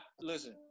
Listen